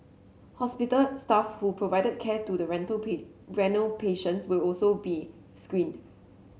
hospital staff who provided care to the renal patients will also be screened